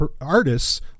artists